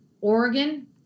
Oregon